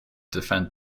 defend